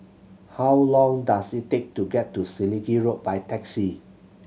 how long does it take to get to Selegie Road by taxi